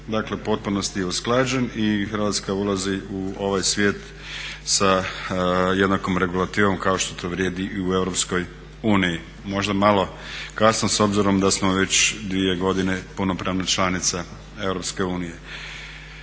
Dakle, u potpunosti je usklađen i Hrvatska ulazi u ovaj svijet sa jednakom regulativom kao što to vrijedi i u EU. Možda malo kasno, s obzirom da smo već 2 godine punopravna članica EU.